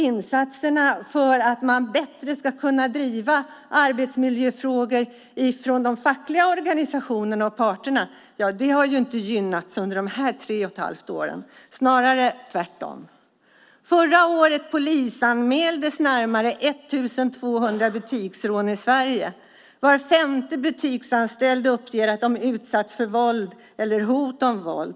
Insatserna för att man bättre ska kunna driva arbetsmiljöfrågor från de fackliga organisationerna och parterna har inte gynnats under de här tre och ett halvt åren, snarare tvärtom. Förra året polisanmäldes närmare 1 200 butiksrån i Sverige. Var femte butiksanställd uppger att de utsatts för våld eller hot om våld.